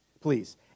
please